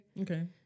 Okay